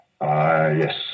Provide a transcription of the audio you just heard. Yes